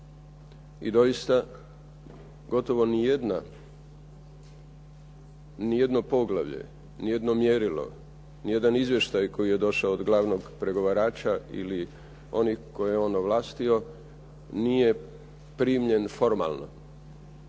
I doista, gotovo nijedno poglavlje, nijedno mjerilo, nijedan izvještaj koji je došao od glavnog pregovarača ili onih koje je on ovlastio, nije primljen formalno,